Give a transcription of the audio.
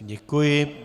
Děkuji.